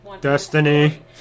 Destiny